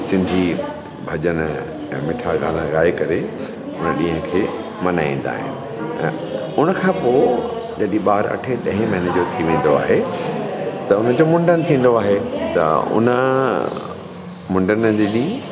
सिंधी भॼन ऐं मिठा गाना गाए करे उन ॾींहं खे मनाईंदा आहिनि ऐं उनखां पोइ जॾहिं ॿार अठे ॾहें महीने जो थी वेंदो आहे त उनजो मुंडन थींदो आहे त उन मुंडन जे ॾींहुं